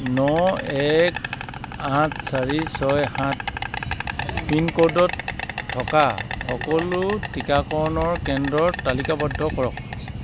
ন এক আঠ চাৰি ছয় সাত পিনক'ডত থকা সকলো টীকাকৰণৰ কেন্দ্ৰ তালিকাবদ্ধ কৰক